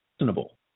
reasonable